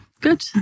Good